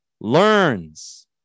learns